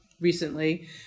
recently